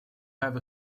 have